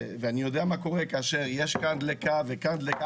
ואני יודע מה קורה כאשר יש כאן דליקה וכאן דליקה.